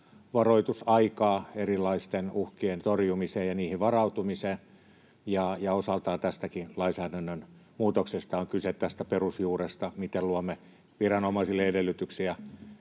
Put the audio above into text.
ennakkovaroitusaikaa erilaisten uhkien torjumiseen ja niihin varautumiseen. Ja osaltaan tässäkin lainsäädännön muutoksessa on kyse tästä perusjuuresta, miten luomme viranomaisille edellytyksiä